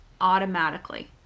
automatically